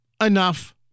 Enough